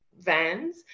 vans